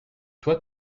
toi